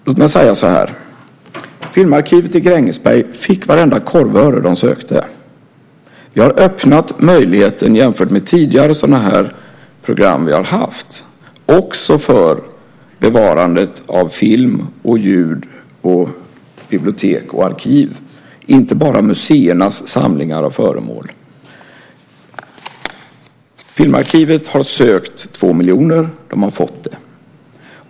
Låt mig säga så här: Filmarkivet i Grängesberg fick varenda korvöre de sökte. Vi har öppnat möjligheten, jämfört med tidigare program som vi har haft, också för bevarandet av film, ljud, bibliotek och arkiv, inte bara museernas samlingar av föremål. Filmarkivet har sökt 2 miljoner. De har fått det.